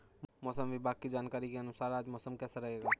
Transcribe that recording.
मौसम विभाग की जानकारी के अनुसार आज मौसम कैसा रहेगा?